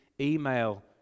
email